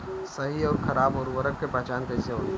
सही अउर खराब उर्बरक के पहचान कैसे होई?